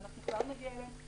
ואנחנו כבר נגיע אליהם,